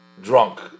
drunk